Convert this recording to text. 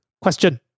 question